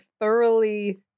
thoroughly